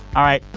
all right,